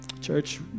Church